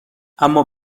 اما